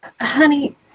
Honey